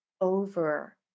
over